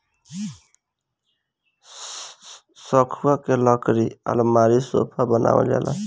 सखुआ के लकड़ी के अलमारी, सोफा बनावल जाला